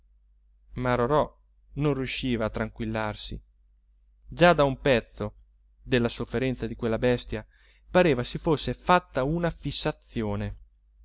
rorò non riusciva a tranquillarsi già da un pezzo della sofferenza di quella bestia pareva si fosse fatta una fissazione